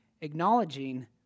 acknowledging